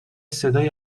صدایی